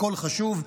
הכול חשוב,